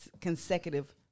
consecutive